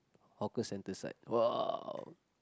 hawker centre side !wow!